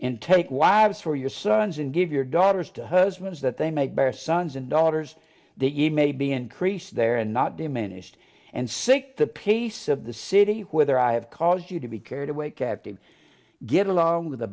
and take wives for your sons and give your daughters to husbands that they make their sons and daughters the eve maybe increase there and not diminished and seek the peace of the city where i have caused you to be carried away captive get along with the